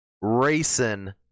racing